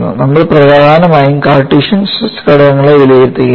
നമ്മൾ പ്രധാനമായും Cartesian stress ഘടകങ്ങളെ വിലയിരുത്തുകയാണ്